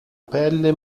pelle